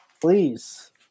please